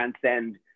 transcend